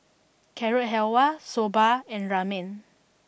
Carrot Halwa Soba and Ramen